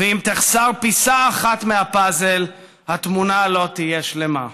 ואם תחסר פיסה אחת מהפאזל, התמונה לא תהיה שלמה".